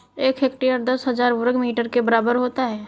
एक हेक्टेयर दस हजार वर्ग मीटर के बराबर होता है